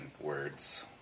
words